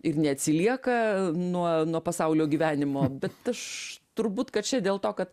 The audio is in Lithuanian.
ir neatsilieka nuo nuo pasaulio gyvenimo bet aš turbūt kad čia dėl to kad